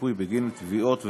שיפוי בגין תביעות ופיצויים),